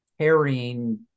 carrying